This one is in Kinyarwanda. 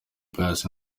pius